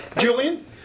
Julian